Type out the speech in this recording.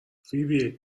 فیبی